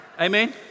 Amen